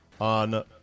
on